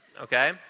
Okay